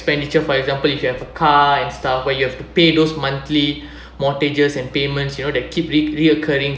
expenditure for example if you have a car and stuff where you have to pay those monthly mortgages and payments you know that keep re~ reoccuring